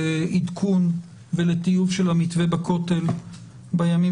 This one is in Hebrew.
לעדכון ולטיוב של המתווה בכותל בימים